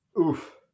Oof